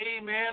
amen